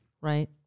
Right